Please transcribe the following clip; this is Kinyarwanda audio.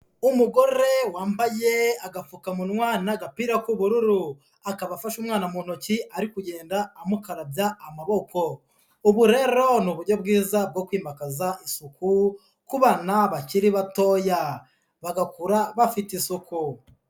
Umugore wambaye agapfukamunwa n'agapira k'ubururu, akaba afashe umwana mu ntoki ari kugenda amukarabya amaboko, ubu rero ni uburyo bwiza bwo kwimakaza isuku, ku bana bakiri batoya bagakura bafite isuku.